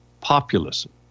populism